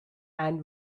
and